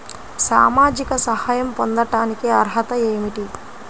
సామాజిక సహాయం పొందటానికి అర్హత ఏమిటి?